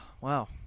Wow